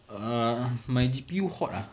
uh my G_P_U hot ah